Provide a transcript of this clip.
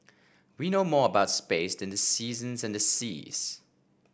we know more about space than the seasons and the seas